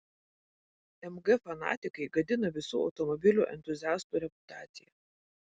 mg fanatikai gadina visų automobilių entuziastų reputaciją